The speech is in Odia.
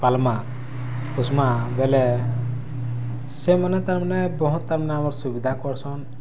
ପାଲ୍ମାଁ ପୁଷମାଁ ବେଲେ ସେମାନେ ତାର୍ମାନେ ବହୁତ୍ ଆମର୍ ସୁବିଧା କର୍ସନ୍